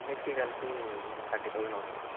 అన్నింటికి కలిపి thirty thousand అవుతుంది అండి